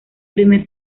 primer